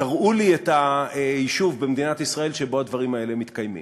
תראו לי את היישוב במדינת ישראל שבו הדברים האלה מתקיימים.